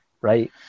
right